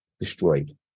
destroyed